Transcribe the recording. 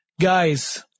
Guys